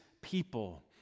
people